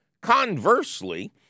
Conversely